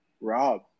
Rob